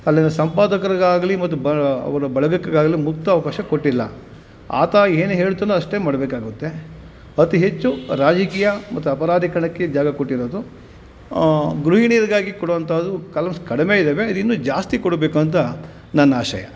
ಅಲ್ಲಿನ ಸಂಪಾದಕರಿಗಾಗಲಿ ಮತ್ತು ಬ ಅವರ ಬಳಗಕ್ಕಾಗಲಿ ಮುಕ್ತ ಅವಕಾಶ ಕೊಟ್ಟಿಲ್ಲ ಆತ ಏನು ಹೇಳ್ತಾನೊ ಅಷ್ಟೇ ಮಾಡಬೇಕಾಗುತ್ತೆ ಅತಿ ಹೆಚ್ಚು ರಾಜಕೀಯ ಮತ್ತು ಅಪರಾಧಗಳಕ್ಕೆ ಜಾಗ ಕೊಟ್ಟಿರೋದು ಗೃಹಿಣಿಯರಿಗಾಗಿ ಕೊಡುವಂಥದ್ದು ಕಾಲಮ್ಸ್ ಕಡಿಮೆ ಇದ್ದಾವೆ ಇದು ಇನ್ನೂ ಜಾಸ್ತಿ ಕೊಡಬೇಕಂತ ನನ್ನ ಆಶಯ